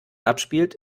abspielt